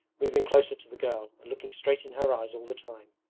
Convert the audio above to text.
moving closer to the girl and looking straight in her eyes all the time.